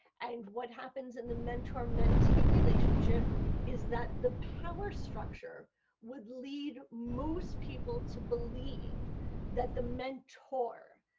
and what happens in the mentor mentee relationship is that the power structure would lead most people to believe that the mentor,